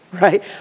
Right